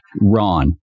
Ron